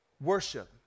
worship